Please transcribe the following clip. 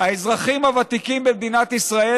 האזרחים הוותיקים במדינת ישראל,